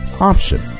option